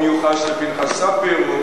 הוא מיוחס לפנחס ספיר,